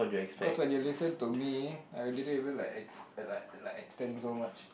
cause when you listen to me I didn't even like ex~ like extend so much